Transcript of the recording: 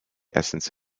essence